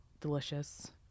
delicious